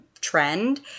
trend